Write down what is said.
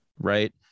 right